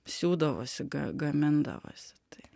siūdavosi ga gamindavosi tai